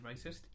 racist